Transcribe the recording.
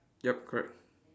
yup correct